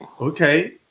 Okay